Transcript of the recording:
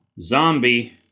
Zombie